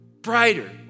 brighter